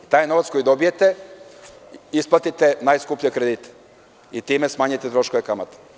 Tim novcem koji dobijete isplatite najskuplje kredite i time smanjujete troškove kamate.